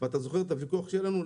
אתה זוכר את הוויכוח שלנו.